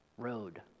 road